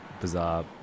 bizarre